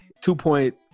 two-point